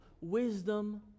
Wisdom